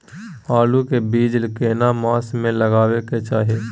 आलू के बीज केना मास में लगाबै के चाही?